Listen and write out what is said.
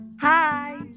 Hi